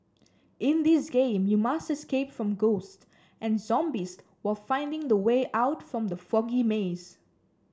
in this game you must escape from ghost and zombies while finding the way out from the foggy maze